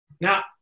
Now